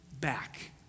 back